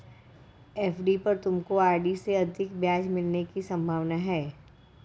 FD पर तुमको RD से अधिक ब्याज मिलने की संभावना है